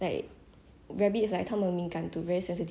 那天他下大雨的时候 I forget to close the window